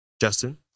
Justin